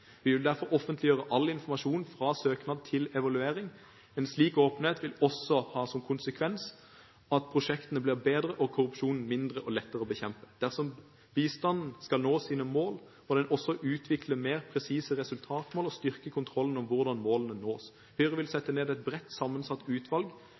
Vi vil derfor offentliggjøre all informasjon, fra søknad til evaluering. En slik åpenhet vil også ha som konsekvens at prosjektene blir bedre og korrupsjonen mindre og lettere å bekjempe. Dersom bistanden skal nå sine mål, må den også utvikle mer presise resultatmål og styrke kontrollen med hvordan målene nås. Høyre vil